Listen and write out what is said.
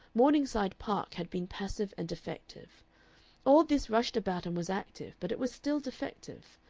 morningside park had been passive and defective all this rushed about and was active, but it was still defective.